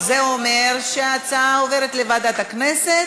זה אומר שההצעה עוברת לוועדת הכנסת,